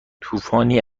طوفانی